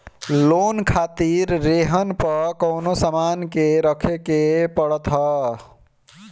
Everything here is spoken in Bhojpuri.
लोन खातिर रेहन पअ कवनो सामान के रखे के पड़त हअ